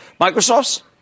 Microsoft's